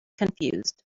confused